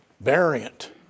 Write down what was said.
variant